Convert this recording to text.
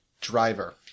driver